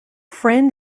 friend